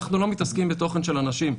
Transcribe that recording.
אנחנו לא מתעסקים בתוכן של אנשים.